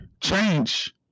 change